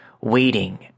waiting